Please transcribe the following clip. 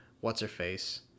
What's-Her-Face